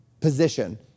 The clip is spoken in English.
position